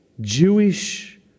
Jewish